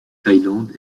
thaïlande